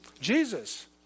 Jesus